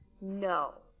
No